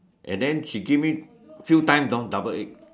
and then she give me few times you know double egg